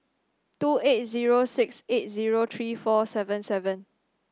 two eight zero six eight zero three four seven seven